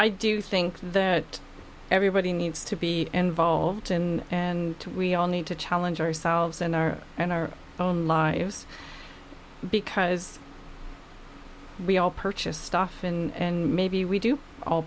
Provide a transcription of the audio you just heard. i do think that everybody needs to be involved in and we all need to challenge ourselves and our and our own lives because we all purchase stuff and maybe we do all